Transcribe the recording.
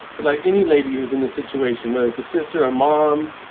but like any lady who's in this situation, whether it's a sister, a mom.